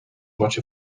much